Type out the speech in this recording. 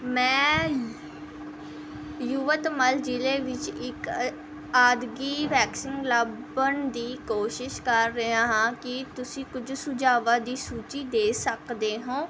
ਮੈਂ ਯੁਵਤਮਲ ਜ਼ਿਲ੍ਹੇ ਵਿੱਚ ਇੱਕ ਅ ਆਦਗੀ ਵੈਕਸੀਨ ਲੱਭਣ ਦੀ ਕੋਸ਼ਿਸ਼ ਕਰ ਰਿਹਾ ਹਾਂ ਕੀ ਤੁਸੀਂ ਕੁਝ ਸੁਝਾਵਾਂ ਦੀ ਸੂਚੀ ਦੇ ਸਕਦੇ ਹੋਂ